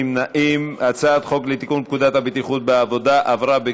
להעביר את הצעת חוק לתיקון פקודת הבטיחות בעבודה (מס' 10)